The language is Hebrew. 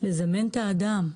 לזמן את האדם.